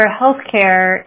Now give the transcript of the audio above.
healthcare